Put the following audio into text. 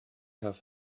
have